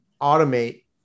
automate